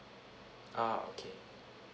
ah okay